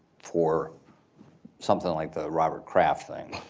for something like the robert kraft thing.